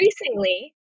increasingly